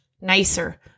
nicer